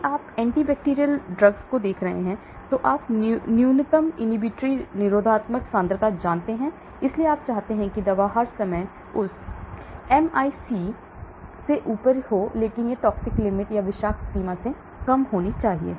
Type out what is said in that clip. यदि आप antibacterial देख रहे हैं तो आप न्यूनतम निरोधात्मक सांद्रता जानते हैं इसलिए आप चाहते हैं कि दवा हर समय उस एमआईसी से ऊपर हो लेकिन यह विषाक्त सीमा से कम होनी चाहिए